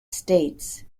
states